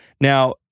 Now